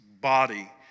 body